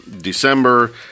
December